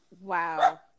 Wow